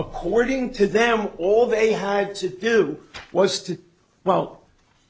according to them all they had to do was to well